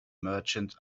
merchant